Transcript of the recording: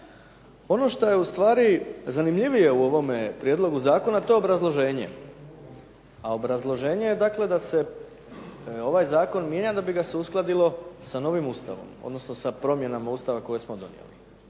Ono što je ustvari zanimljivije u ovome Prijedlogu zakona to je obrazloženje. Obrazloženje je da se ovaj Zakon mijenja da bi ga se uskladilo sa novim Ustavom, odnosno sa promjenama Ustava koje smo donijeli.